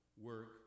work